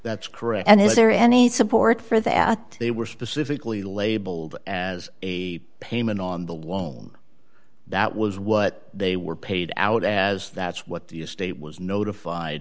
that's correct and is there any support for the at they were specifically labeled as a payment on the loan that was what they were paid out as that's what the estate was notified